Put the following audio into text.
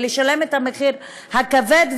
לשלם את המחיר הכבד,